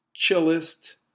Chillest